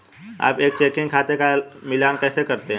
आप एक चेकिंग खाते का मिलान कैसे करते हैं?